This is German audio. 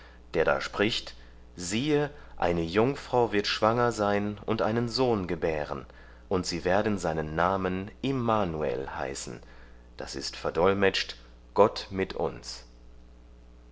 der da spricht siehe eine jungfrau wird schwanger sein und einen sohn gebären und sie werden seinen namen immanuel heißen das ist verdolmetscht gott mit uns